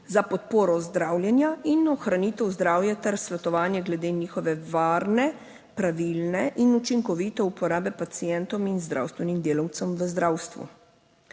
za podporo zdravljenja in ohranitev zdravja ter svetovanja glede njihove varne, pravilne in učinkovite uporabe pacientom in zdravstvenim delavcem v zdravstvu.